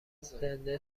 زنده